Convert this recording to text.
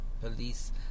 police